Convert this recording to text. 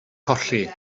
colli